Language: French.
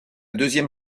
deuxième